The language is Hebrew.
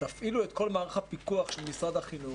ותפעילו את כל מערך הפיקוח של משרד החינוך.